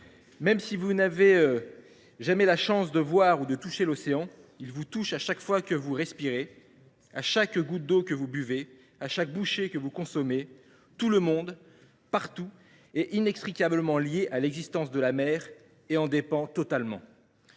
Même si vous n’avez jamais la chance de voir ou de toucher l’océan, il vous touche à chaque fois que vous respirez, à chaque goutte d’eau que vous buvez, à chaque bouchée que vous consommez. Tout le monde, partout, est inextricablement lié à l’existence de la mer et en dépend totalement.